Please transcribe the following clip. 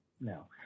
no